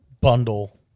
bundle